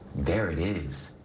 there it is,